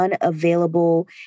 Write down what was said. unavailable